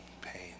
pain